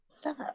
stop